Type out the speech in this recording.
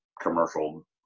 commercial